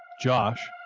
Josh